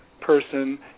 person